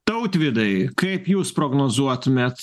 tautvydai kaip jūs prognozuotumėt